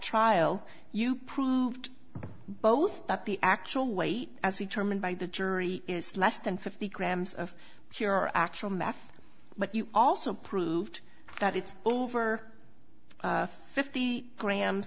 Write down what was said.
trial you proved both that the actual weight as you term and by the jury is less than fifty grams of your actual math but you also proved that it's over fifty grams